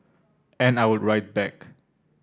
and I would write back